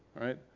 right